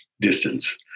distance